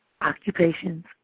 occupations